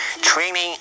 Training